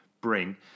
bring